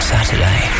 Saturday